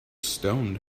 stoned